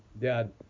dad